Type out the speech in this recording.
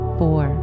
four